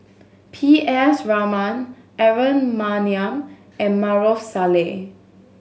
P S Raman Aaron Maniam and Maarof Salleh